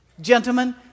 Gentlemen